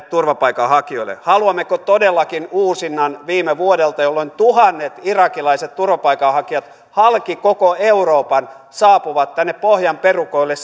turvapaikanhakijoille haluammeko todellakin uusinnan viime vuodelta jolloin tuhannet irakilaiset turvapaikanhakijat halki koko euroopan saapuivat tänne pohjan perukoille